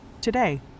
today